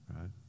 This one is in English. right